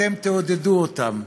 אתם תעודדו אותם,